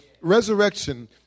Resurrection